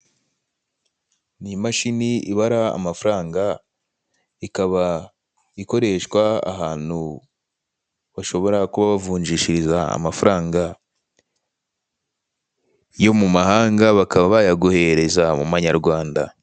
Ni imashini ibara amafaranga ikaba ikoreshwa ahantu bashobora kuba bavunjishiriza amafaranfa yo mumahanga bakaba bayaguhereza mu manyarwanda.